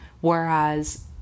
whereas